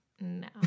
No